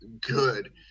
good